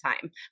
time